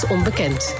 Onbekend